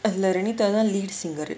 renitha தான்:thaan lead singer